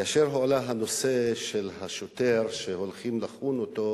כאשר הועלה הנושא של השוטר שהולכים לחון אותו,